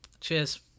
Cheers